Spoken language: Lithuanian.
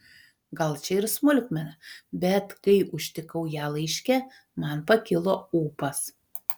gal čia ir smulkmena bet kai užtikau ją laiške man pakilo ūpas